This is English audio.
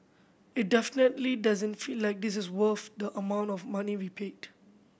it definitely doesn't feel like this is worth the amount of money we paid